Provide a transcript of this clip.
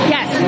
Yes